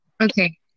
Okay